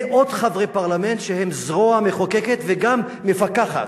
מאות חברי פרלמנט שהם הזרוע המחוקקת וגם מפקחת.